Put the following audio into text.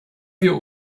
wir